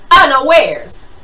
unawares